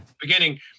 beginning